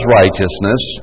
righteousness